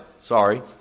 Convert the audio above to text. sorry